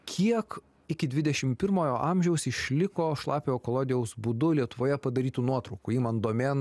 kiek iki dvidešim pirmojo amžiaus išliko šlapiojo kolodijaus būdu lietuvoje padarytų nuotraukų imant domėn